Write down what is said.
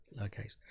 Lowercase